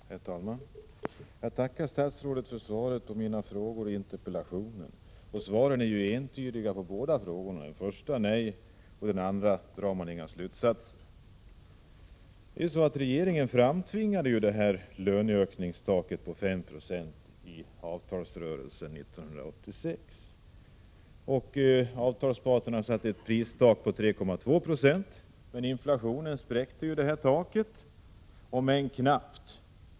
Herr talman! Jag tackar statsrådet för svaret på mina frågor i interpellationen. Svaren är entydiga — på den första frågan är svaret nej, och när det gäller den andra drar man inga slutsatser. Regeringen framtvingade ju löneökningstaket på 5 96 i avtalsrörelsen 1986 och avtalsparterna satte ett prisökningstak på 3,2 26. Inflationen spräckte detta tak, om än knappt.